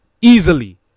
Easily